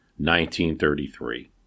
1933